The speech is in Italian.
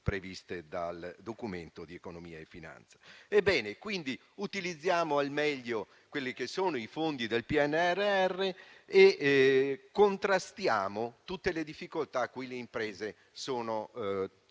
Quindi, utilizziamo al meglio quelli che sono i fondi del PNRR e contrastiamo tutte le difficoltà con le quali le imprese sono chiamate